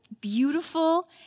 beautiful